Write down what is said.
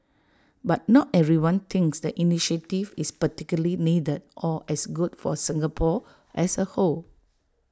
but not everyone thinks the initiative is particularly needed or as good for Singapore as A whole